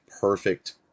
perfect